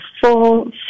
full